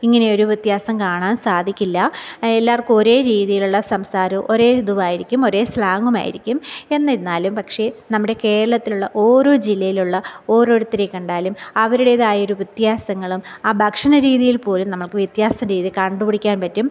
ഇങ്ങനെയൊരു വ്യത്യാസം കാണാൻ സാധിക്കില്ല എല്ലാർക്കും ഒരേ രീതിയിലുള്ള സംസാരവും ഒരേ ഇതുമായിരിക്കും ഒരേ സ്ലാങ്ങുമായിരിക്കും എന്നിരുന്നാലും പക്ഷേ നമ്മുടെ കേരളത്തിലുള്ള ഓരോ ജില്ലയിലുള്ള ഓരോരുത്തരെ കണ്ടാലും അവരുടേതായൊരു വ്യത്യാസങ്ങളും ആ ഭക്ഷണ രീതിയില്പ്പോലും നമ്മൾക്ക് വ്യത്യാസരീതീ നമുക്ക് കണ്ടുപിടിക്കാൻ പറ്റും